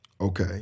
okay